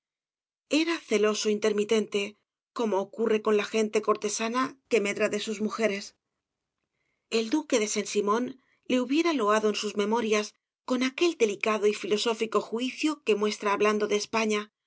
era celoso intermitente como ocurre con la gente cortesana que medra de sus mujeres el duque de saint simón le hubiera loado en sus memorias con aquel delicado y filosófico juicio que muestra hablando de españa